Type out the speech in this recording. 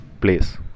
place